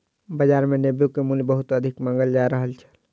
बाजार मे नेबो के मूल्य बहुत अधिक मांगल जा रहल छल